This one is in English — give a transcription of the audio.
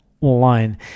online